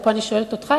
ופה אני שואלת אותך,